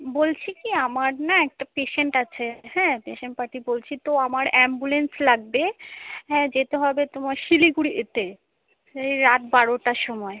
বলছি কি আমার না একটা পেশেন্ট আছে হ্যাঁ পেশেন্ট পার্টি বলছে তো আমার অ্যাম্বুলেন্স লাগবে হ্যাঁ যেতে হবে তোমার শিলিগুড়ি এতে এই রাত বারোটার সময়